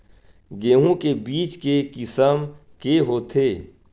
गेहूं के बीज के किसम के होथे?